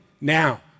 now